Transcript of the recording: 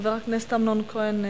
חבר הכנסת אמנון כהן.